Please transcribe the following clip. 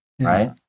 Right